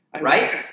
Right